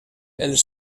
els